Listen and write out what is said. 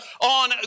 on